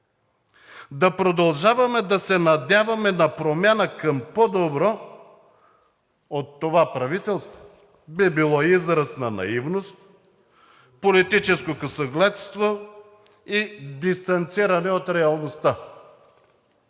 Да продължаваме да се надяваме на промяна към по-добро от това правителство, би било израз на наивност, политическо късогледство и дистанциране от реалността.